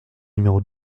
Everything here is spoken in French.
numéro